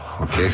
Okay